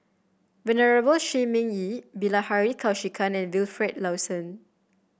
Venerable Shi Ming Yi Bilahari Kausikan and Wilfed Lawson